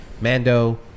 Mando